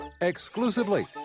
Exclusively